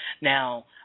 Now